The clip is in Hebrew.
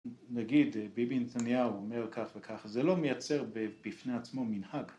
נגיד ביבי נתניהו אומר כך וכך, זה לא מייצר בפני עצמו מנהג